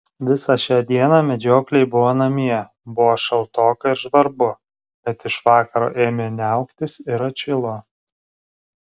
visą šią dieną medžiokliai buvo namie buvo šaltoka ir žvarbu bet iš vakaro ėmė niauktis ir atšilo